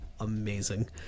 amazing